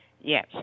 yes